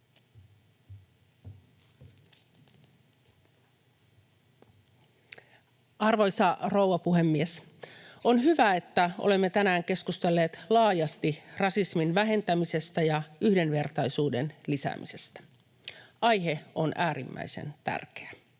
Arvoisa rouva puhemies! On hyvä, että olemme tänään keskustelleet laajasti rasismin vähentämisestä ja yhdenvertaisuuden lisäämisestä. Aihe on äärimmäisen tärkeä.